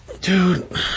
Dude